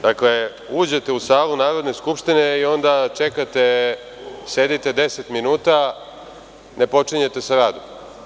Dakle, uđete u salu Narodne skupštine i onda čekate, sedite deset minuta, ne počinjete sa radom.